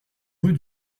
rue